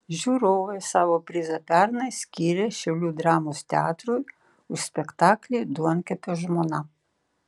žiūrovai savo prizą pernai skyrė šiaulių dramos teatrui už spektaklį duonkepio žmona